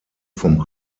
vom